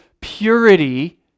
purity